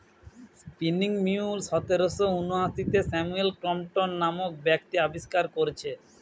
spinning mule সতেরশ ঊনআশিতে Samuel Crompton নামক ব্যক্তি আবিষ্কার কোরেছে